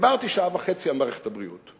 ודיברתי שעה וחצי על מערכת הבריאות.